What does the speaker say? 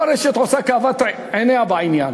וכל רשת עושה כראות עיניה בעניין.